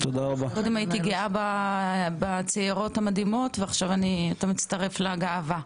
קודם הייתי גאה בצעירות המדהימות ועכשיו אתה מצטרף לגאווה.